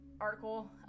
article